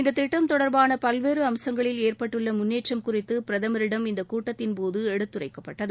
இந்த திட்டம் தொடர்பான பல்வேறு அம்சங்களில் ஏற்பட்டுள்ள முன்னேற்றம் குறித்து பிரதமரிடம் இந்த கூட்டத்தின்போது எடுத்துரைக்கப்பட்டது